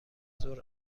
ظهر